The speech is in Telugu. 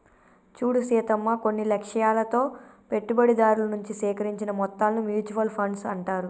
చూడు సీతమ్మ కొన్ని లక్ష్యాలతో పెట్టుబడిదారుల నుంచి సేకరించిన మొత్తాలను మ్యూచువల్ ఫండ్స్ అంటారు